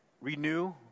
renew